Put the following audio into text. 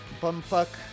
bumfuck